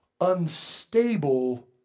unstable